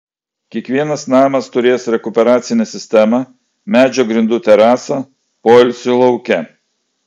kiekvienas namas turės rekuperacinę sistemą medžio grindų terasą poilsiui lauke